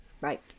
Right